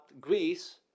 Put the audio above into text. Greece